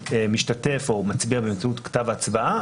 ורק אז להודיע על כינוס האסיפה.